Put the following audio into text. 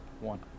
one